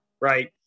Right